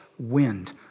wind